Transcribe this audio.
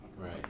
Right